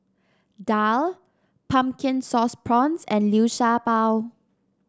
daal Pumpkin Sauce Prawns and Liu Sha Bao